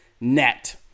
net